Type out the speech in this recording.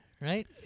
right